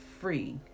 free